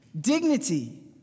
Dignity